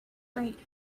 right